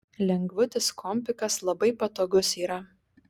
lengvutis kompikas labai patogus yra